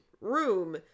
Room